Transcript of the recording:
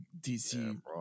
dc